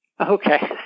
Okay